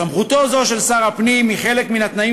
סמכותו זו של שר הפנים היא חלק מן התנאים